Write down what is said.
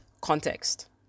context